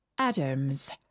Adams